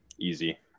Easy